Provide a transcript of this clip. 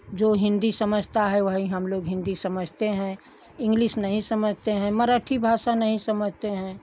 जो हिन्दी समझता है वही हम लोग हिन्दी समझते हैं इंग्लिश नहीं समझते हैं मराठी भाषा नहीं समझते हैं